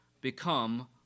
become